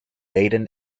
baden